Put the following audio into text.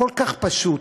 כל כך פשוט.